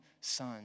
son